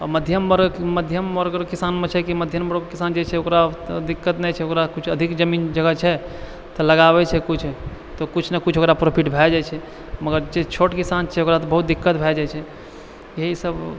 मध्यम वर्ग किसानमे छै कि मध्यम वर्ग किसान जे छै से ओकरा दिक्कत नहि छै ओकरा किछु अधिक जमीन जगह छै तऽ लगाबै छै किछु तऽ किछु ने किछु ओकरा प्रॉफिट भऽ जाइ छै मगर जे छोट किसान छै ओकरा तऽ बहुत दिक्कत भऽ जाइ छै इएहसब